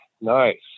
nice